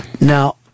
Now